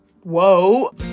whoa